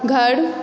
घर